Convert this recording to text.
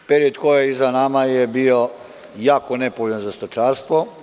Period koji je za nama je bio jako nepovoljan za stočarstvo.